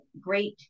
great